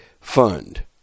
fund